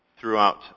throughout